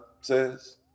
says